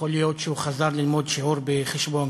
יכול להיות שהוא חזר ללמוד שיעור בחשבון,